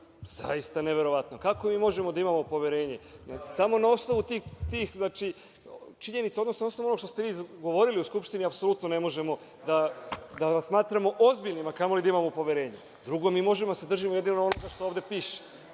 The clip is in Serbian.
Zaista neverovatno. Kako možemo da imamo poverenje. Samo na osnovu činjenica odnosno na osnovu onoga što ste izgovorili u Skupštini ne možemo da vas smatramo ozbiljnim, a kamo li da imamo poverenje. Drugo, možemo da se držimo jedino onoga što ovde piše,